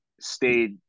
stayed